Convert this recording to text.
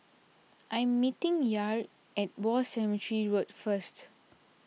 I am meeting Yair at War Cemetery Road first